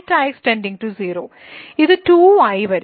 Δx → 0 ഇത് 2 ആയി വരും